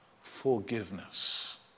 forgiveness